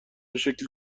شکلی